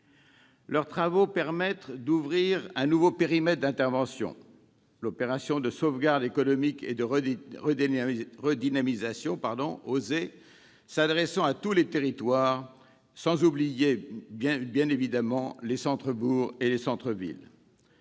Leurs travaux permettent d'ouvrir un nouveau périmètre d'intervention, l'opération de sauvegarde économique et de redynamisation, ou OSER, s'adressant à tous les territoires, sans oublier bien évidemment les centres-bourgs et les centres-villes.